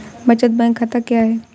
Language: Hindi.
बचत बैंक खाता क्या है?